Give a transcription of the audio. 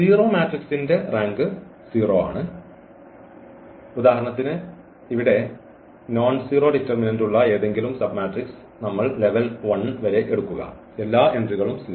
0 മാട്രിക്സിന്റെ റാങ്ക് 0 ആണ് ഉദാഹരണത്തിന് ഇവിടെ നോൺസെറോ ഡിറ്റർമിനന്റ് ഉള്ള ഏതെങ്കിലും സബ്മാട്രിക്സ് നമ്മൾ ലെവൽ 1 വരെ എടുക്കുക എല്ലാ എൻട്രികളും 0